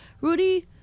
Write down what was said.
Rudy